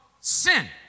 sin